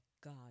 God